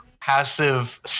passive